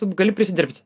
tu gali prisidirbt